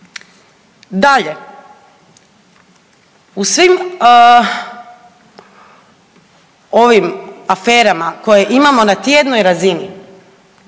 Dalje, u svim ovim aferama koje imamo na tjednoj razini